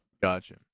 Gotcha